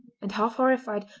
and half horrified,